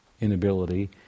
inability